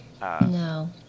No